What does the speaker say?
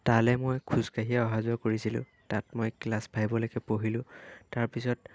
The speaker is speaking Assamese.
তালৈ মই খোজকাঢ়িয়ে অহা যোৱা কৰিছিলোঁ তাত মই ক্লাচ ফাইভলৈকে পঢ়িলোঁ তাৰপিছত